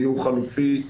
דיור חלופי.